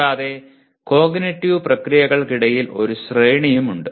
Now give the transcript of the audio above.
കൂടാതെ കോഗ്നിറ്റീവ് പ്രക്രിയകൾക്കിടയിൽ ഒരു ശ്രേണിയും ഉണ്ട്